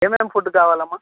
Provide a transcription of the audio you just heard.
ఏమేం ఫుడ్డు కావాలమ్మ